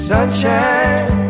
Sunshine